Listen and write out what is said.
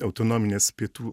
autonominės pietų